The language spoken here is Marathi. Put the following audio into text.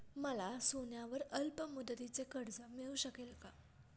मला सोन्यावर अल्पमुदतीचे कर्ज मिळू शकेल का?